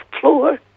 floor